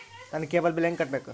ನನ್ನ cable bill ಹೆಂಗ ಕಟ್ಟಬೇಕು?